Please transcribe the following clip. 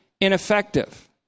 ineffective